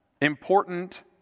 important